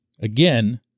again